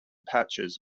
patches